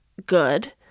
good